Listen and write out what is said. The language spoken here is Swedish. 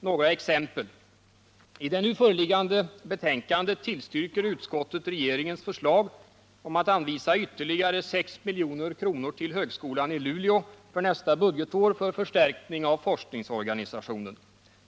Några exempel: I det nu föreliggande betänkandet tillstyrker utskottet regeringens förslag om att för nästa budgetår anvisa ytterligare 6 milj.kr. till högskolan i Luleå för förstärkning av forskningsorganisationen.